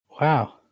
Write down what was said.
Wow